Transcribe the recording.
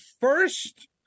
first